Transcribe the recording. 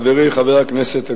חברי חבר הכנסת אגבאריה.